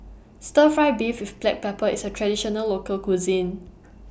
Stir Fry Beef with Black Pepper IS A Traditional Local Cuisine